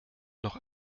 noch